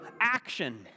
action